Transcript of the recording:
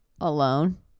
alone